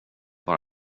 bara